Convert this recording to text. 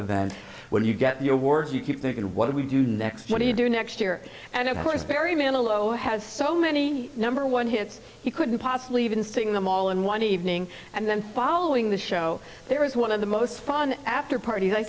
event where you get your words you keep thinking what do we do next what do you do next year and of course barry manilow has so many number one hits he couldn't possibly even sing them all in one evening and then following the show there is one of the most fun after parties i